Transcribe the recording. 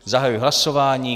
Zahajuji hlasování.